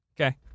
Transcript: Okay